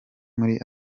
muri